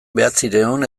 bederatziehun